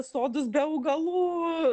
sodus be augalų